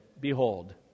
behold